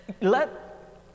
Let